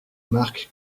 mark